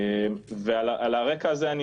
על הרקע הזה,